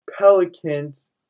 Pelicans